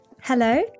Hello